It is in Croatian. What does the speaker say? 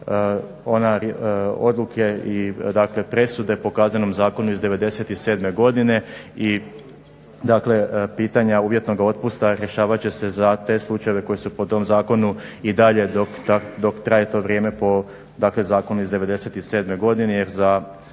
one odluke i dakle presude po Kaznenom zakonu iz '97. godine i dakle pitanja uvjetnoga otpusta rješavat će se za te slučajeve koji su po tom zakonu i dalje dok traje to vrijeme, po dakle zakonu iz '97. godine